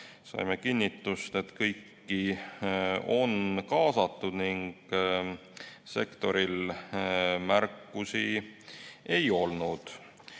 Saime kinnitust, et kõiki on kaasatud ning sektoril märkusi ei olnud.